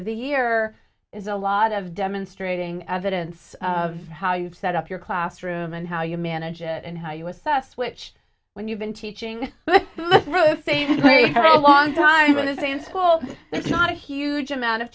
of the year is a lot of demonstrating evidence of how you set up your classroom and how you manage it and how you assess which when you've been teaching the same place a long time in the same school there's not a huge amount of